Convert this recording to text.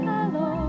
Hello